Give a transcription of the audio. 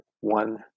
one